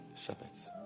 shepherds